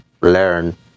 learn